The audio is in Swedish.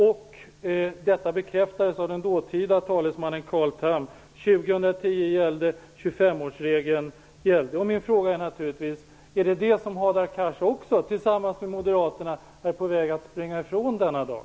Detta bekräftades av den dåtida talesmannen Carl Min fråga är naturligtvis följande: Är det detta som Hadar Cars tillsammans med moderaterna är på väg att springa ifrån denna dag?